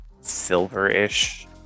silver-ish